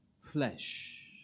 Flesh